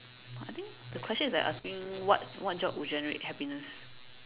I think the question is like asking what what job will generate happiness